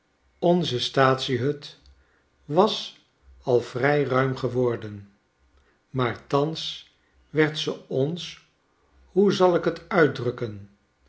onze staatsie hut was al vrij ruim geworden maar thans werd ze ons hoe zal ik t uitdrukken